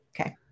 Okay